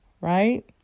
Right